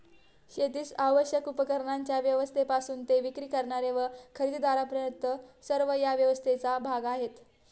शेतीस आवश्यक उपकरणांच्या व्यवस्थेपासून ते विक्री करणारे व खरेदीदारांपर्यंत सर्व या व्यवस्थेचा भाग आहेत